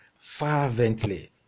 fervently